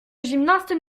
gymnastes